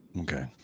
Okay